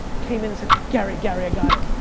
came in gary, gary, i got it,